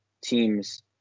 teams